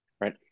right